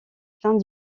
plaint